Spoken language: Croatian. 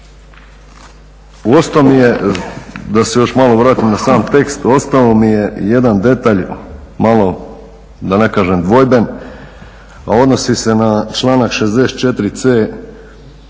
ostao mi je, da se još malo vratim na sam tekst, ostao mi je jedan detalj malo da ne kažem dvojben, a odnosi se na članak 64.c